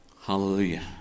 Hallelujah